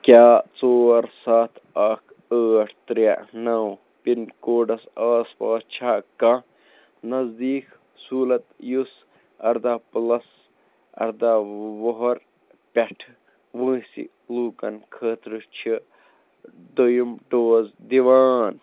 کیٛاہ ژور سَتھ اَکھ ٲٹھ ترٛےٚ نَو پِن کوڈس آس پاس چھا کانٛہہ نزدیٖک سہولیت یُس ارداہ پُلَس ارداہ وُہُرۍ پٮ۪ٹھ وٲنٛسہِ لوٗکَن خٲطرٕ چھِ دوٚیُم ڈوز دِوان